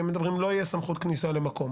מדברים על כל שלא תהיה סמכות כניסה למקום,